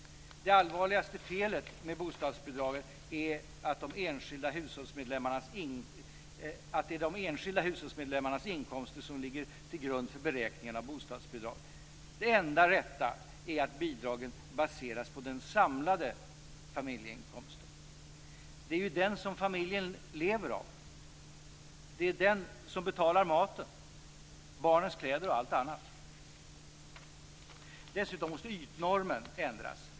Det allvarligaste felet med bostadsbidragen är att det är de enskilda hushållsmedlemmarnas inkomster som ligger till grund för beräkningen av bostadsbidrag. Det enda rätta är att bidragen baseras på den samlade familjeinkomsten. Det är ju den som familjen lever av. Det är den som betalar maten, barnens kläder och allt annat. Dessutom måste ytnormen ändras.